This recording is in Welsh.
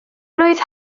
blwydd